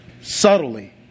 subtly